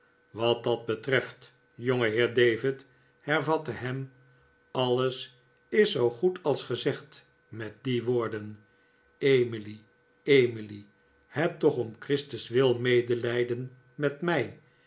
wat dat betreft jongeheer david hervatte ham alles is zoo goed als gezegd met die woorden emily emily heb toch om christus wil medelijden met mij